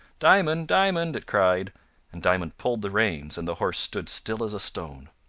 diamond! diamond! it cried and diamond pulled the reins, and the horse stood still as a stone.